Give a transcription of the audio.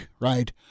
right